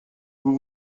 vous